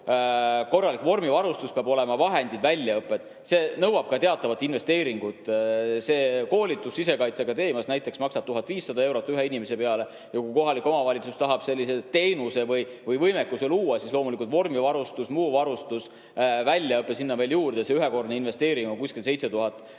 korralik vormivarustus, peavad olema vahendid ja väljaõpe. See nõuab ka teatavaid investeeringud. See koolitus Sisekaitseakadeemias maksab 1500 eurot ühe inimese peale. Kui kohalik omavalitsus tahab sellise teenuse või võimekuse luua, siis vormivarustus, muu varustus, väljaõpe sinna veel juurde – ühekordne investeering on kuskil 7000 eurot